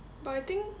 but I think